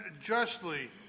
justly